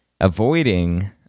avoiding